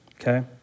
okay